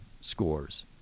scores